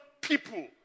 people